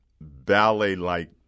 ballet-like